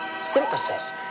Synthesis